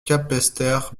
capesterre